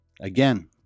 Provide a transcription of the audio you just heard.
Again